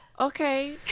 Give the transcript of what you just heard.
okay